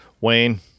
Wayne